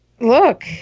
Look